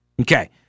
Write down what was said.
Okay